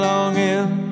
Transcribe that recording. Longing